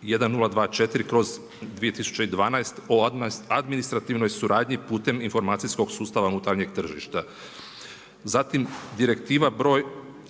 1024/2012 o administrativnoj suradnji putem informacijskog sustava unutarnjeg tržišta. Zatim Direktiva br.